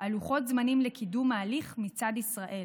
על לוחות זמנים לקידום ההליך מצד ישראל.